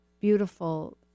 Beautiful